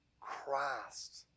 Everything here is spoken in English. Christ